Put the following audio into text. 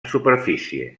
superfície